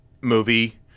movie